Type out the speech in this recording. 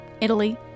Italy